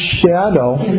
shadow